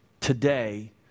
today